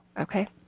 okay